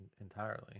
entirely